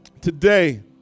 Today